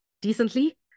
decently